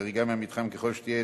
חריגה מהמתחם ככל שתהיה,